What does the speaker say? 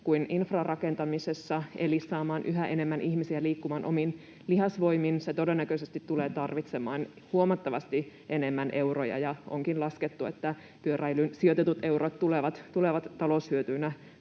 kuin infrarakentamisessa, eli saamaan yhä enemmän ihmisiä liikkumaan omin lihasvoimin, se todennäköisesti tulee tarvitsemaan huomattavasti enemmän euroja, ja onkin laskettu, että pyöräilyyn sijoitetut eurot tulevat taloushyötyinä